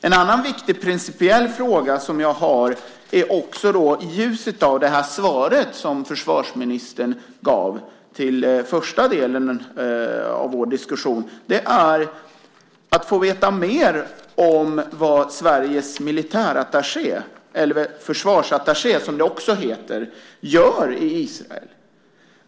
En annan principiellt viktig fråga som jag har, i ljuset av det svar som försvarsministern gav till första delen av vår diskussion, gäller militärattachéer. Jag skulle vilja veta mer om vad Sveriges militärattaché, eller försvarsattaché som det också heter, gör i Israel.